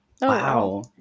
Wow